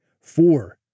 Four